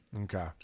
Okay